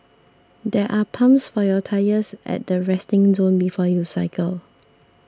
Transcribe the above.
there are pumps for your tyres at the resting zone before you cycle